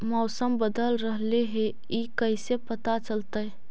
मौसम बदल रहले हे इ कैसे पता चलतै?